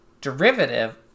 derivative